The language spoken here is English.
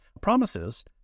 promises